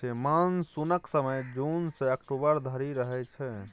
मानसुनक समय जुन सँ अक्टूबर धरि रहय छै